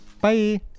Bye